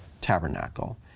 tabernacle